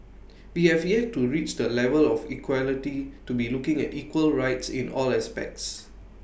we have yet to reach the level of equality to be looking at equal rights in all aspects